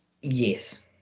Yes